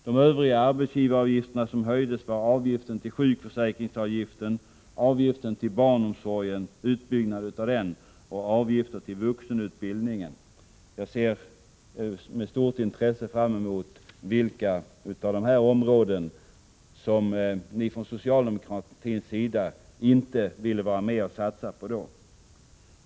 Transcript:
De övriga arbetsgivaravgifter som höjdes var avgifterna till sjukförsäkringen, utbyggnaden av barnomsorgen och vuxenutbildningen. Jag ser med stort intresse fram mot ett besked om vilka av dessa områden som ni socialdemokrater inte vill vara med och satsa på.